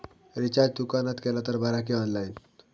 Recharge दुकानात केला तर बरा की ऑनलाइन?